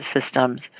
systems